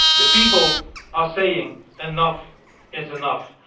the people are saying enough is enough,